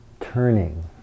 turning